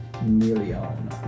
million